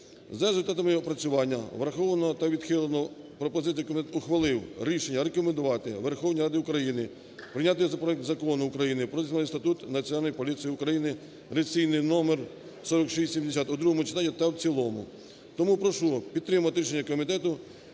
За результатами опрацювання враховано та відхилено пропозиції… Комітет ухвалив рішення рекомендувати Верховній Раді України прийняти проект Закону України "Про Дисциплінарний статут Національної поліції України" (реєстраційний номер 4670) у другому читанні та в цілому. Тому прошу підтримати рішення комітету.